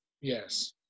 Yes